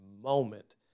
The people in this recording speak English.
moment